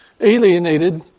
alienated